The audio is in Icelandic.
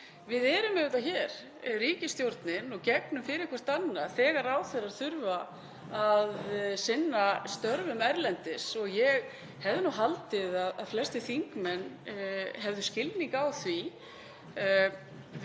Við erum hér ríkisstjórnin og gegnum hvert fyrir annað þegar ráðherrar þurfa að sinna störfum erlendis og ég hefði haldið að flestir þingmenn hefðu skilning á því.